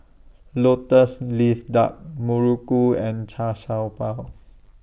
Lotus Leaf Duck Muruku and Char Siew Bao